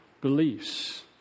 beliefs